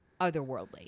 otherworldly